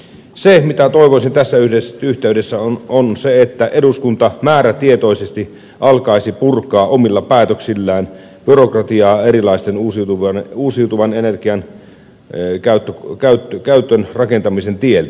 se mitä toivoisin tässä yhteydessä on se että eduskunta määrätietoisesti alkaisi purkaa omilla päätöksillään byrokratiaa erilaisen uusituvan energian käytön ja rakentamisen tieltä